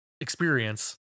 experience